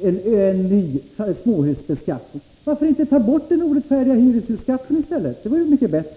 till en ny småhusbeskattning. Varför inte ta bort den orättfärdiga hyreshusskatten i stället? Det vore mycket bättre!